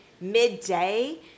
midday